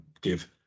give